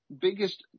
biggest